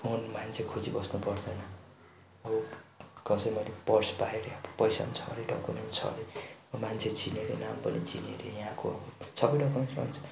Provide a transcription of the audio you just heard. phone मान्छे खोजिबस्नु पर्दैन अब कसै मैले पर्स पाएँ अरे पैसा पनि छ अरे डकुमेन्ट छ अरे मान्छे चिनेको नाम पनि चिन्यो अरे यहाँको सबै डकुमेन्टमा हुन्छ